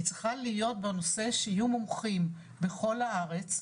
היא צריכה להיות בנושא שיהיו מומחים בכל הארץ,